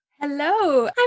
Hello